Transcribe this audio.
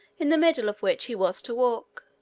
in the middle of which he was to walk.